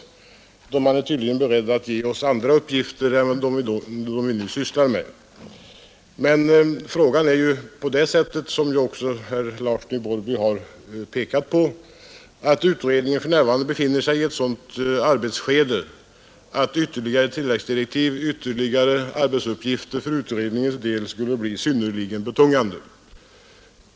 Utskottet är tydligen berett att ge oss andra uppgifter än de vi nu sysslar med, men som herr Larsson i Borrby har pekat på befinner sig utredningen för närvarande i ett sådant arbetsskede att ytterligare arbetsuppgifter för utredningens del skulle bli synnerligen betungande.